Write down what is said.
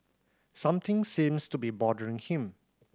something seems to be bothering him